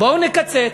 בואו נקצץ.